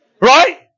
right